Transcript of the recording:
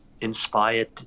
inspired